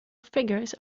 figures